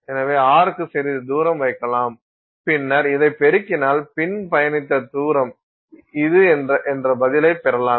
எனவே r க்கு சிறிது தூரம் வைக்கலாம் பின்னர் இதைப் பெருக்கினால் பின் பயணித்த தூரம் இது என்ற பதிலைப் பெறலாம்